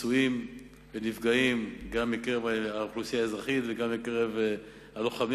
פצועים ונפגעים גם מקרב האוכלוסייה האזרחית וגם מקרב הלוחמים,